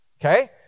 Okay